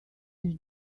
mrs